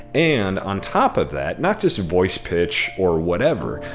and on top of that, not just voice pitch or whatever,